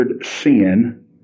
sin